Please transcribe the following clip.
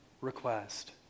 request